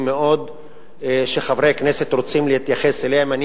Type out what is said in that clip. מאוד שחברי כנסת רוצים להתייחס אליהם.